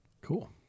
Cool